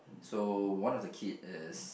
so one of the kid is